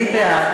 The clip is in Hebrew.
אני בעד.